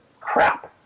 crap